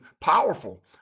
powerful